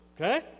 Okay